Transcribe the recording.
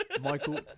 Michael